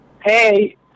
Hey